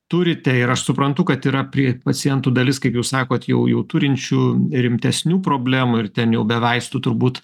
turite ir aš suprantu kad yra prie pacientų dalis kaip jūs sakot jau jau turinčių rimtesnių problemų ir ten jau be vaistų turbūt